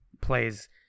plays